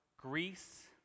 Greece